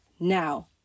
Now